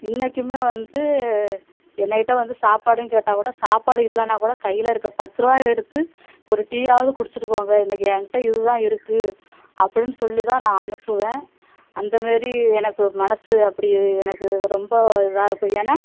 இன்றைக்குமே வந்து என்னுக்கிட்ட வந்து சாப்பாடுன்னு கேட்டால் கூட சாப்பாடு இல்லைனா கூட கையில் இருக்க பத்து ரூவாயை எடுத்து ஒரு டீயாவது கொடுச்சிட்டு போங்க இன்றைக்கு எங்கிட்ட இது தான் இருக்கு அப்படின்னு சொல்லி தான் நான் அனுப்புவேன் அந்தமாரி எனக்கு மனசு அப்படி எனக்கு ரொம்ப இதாக இருக்கும் ஏன்னா